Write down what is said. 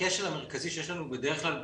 הכשל המרכזי שיש לנו בדרך כלל,